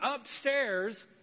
upstairs